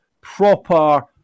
proper